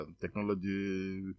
technology